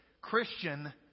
Christian